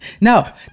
no